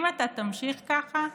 אם אתה תמשיך ככה,